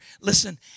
listen